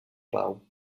pau